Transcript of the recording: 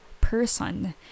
person